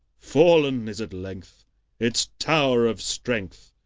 fallen is at length its tower of strength,